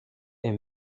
est